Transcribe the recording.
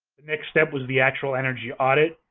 next step was the actual energy audit,